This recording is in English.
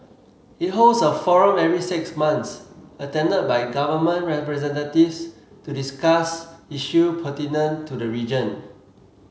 it holds a forum every six months attended by government representatives to discuss issue pertinent to the region